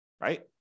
right